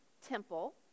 temple